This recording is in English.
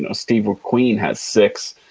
ah steve mcqueen has six.